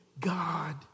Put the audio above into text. God